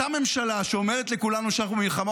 אותה ממשלה שאומרת לכולנו שאנחנו במלחמה,